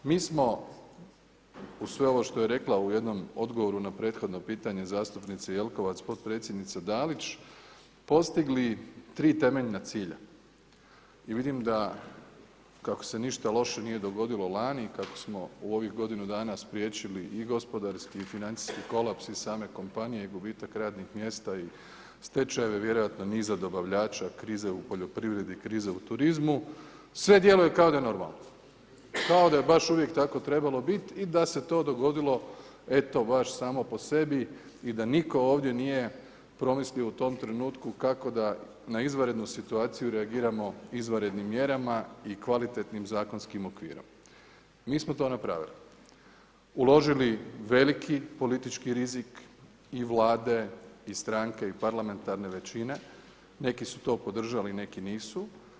Mi smo uz sve ovo što je rekla u jednom odgovoru na prethodno pitanje zastupnice Jelkovac, potpredsjednici Dalić, postigli tri temeljna cilja i vidim da kako se ništa loše nije dogodilo lani i kako smo u ovih godinu dana spriječili i gospodarski i financijski kolaps iz same kompanije gubitak radnih mjesta i stečajeve vjerojatno niza dobavljača, krize u poljoprivredi, krize u turizmu, sve djeluje kao da je normalno, kao da je baš uvijek tako trebalo biti i da se to dogodilo eto baš samo po sebi i da nitko ovdje nije promislio u tom trenutku kako da na izvanrednu situaciju reagiramo izvanrednim mjerama i kvalitetnim zakonskim okvirom, mi smo to napravili, uložili veliki politički rizik i Vlade i stranke i parlamentarne većine, neki su to podržali, neki nisu.